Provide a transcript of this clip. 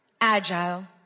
agile